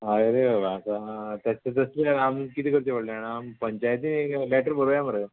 हय रे बाबा आसा तशें तसले आमी कितें करचें पडलें जाणां आमी पंचायतीन लॅटर बरोवया मरे